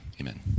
amen